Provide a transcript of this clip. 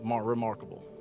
remarkable